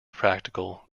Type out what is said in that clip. practical